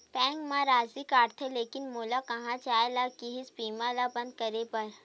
Bank मा राशि कटथे लेकिन मोला कहां जाय ला कइसे बीमा ला बंद करे बार?